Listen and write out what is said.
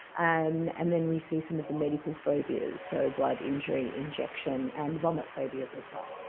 and and then we see some of the medical phobias, so blood, injury, injection, and vomit phobias as well.